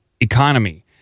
economy